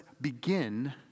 begin